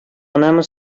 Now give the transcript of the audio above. гынамы